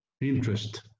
interest